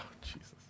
Jesus